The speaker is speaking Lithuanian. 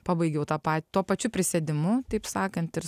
pabaigiau tą pa tuo pačiu prisėdimu taip sakant ir